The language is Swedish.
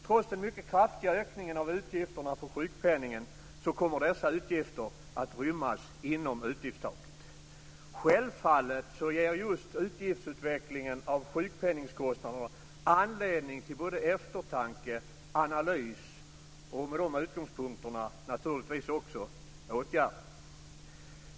Trots den mycket kraftiga ökningen av utgifterna för sjukpenningen kommer dessa utgifter att rymmas inom utgiftstaket. Självfallet ger just utgiftsutvecklingen av sjukpenningskostnaderna anledning till både eftertanke och analys och med de utgångspunkterna naturligtvis också åtgärder.